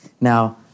Now